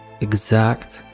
exact